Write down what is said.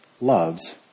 loves